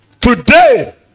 today